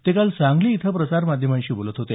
ते काल सांगली इथं प्रसार माध्यमांशी बोलत होते